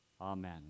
Amen